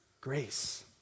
Grace